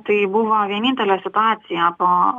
tai buvo vienintelė situacija po